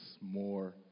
more